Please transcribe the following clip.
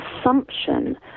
assumption